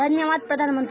धन्यवाद प्रधानमंत्री